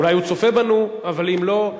אולי הוא צופה בנו, אבל אם לא,